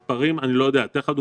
אני לא יודע להגיד לך מספרים.